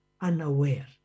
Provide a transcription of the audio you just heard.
unaware